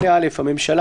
8. (א)הממשלה,